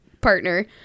partner